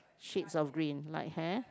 shades of green like hair